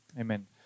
Amen